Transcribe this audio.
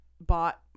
bought